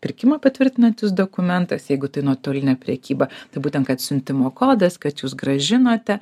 pirkimą patvirtinantis dokumentas jeigu tai nuotolinė prekyba tai būtent kad siuntimo kodas kad jūs grąžinote